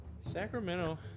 Sacramento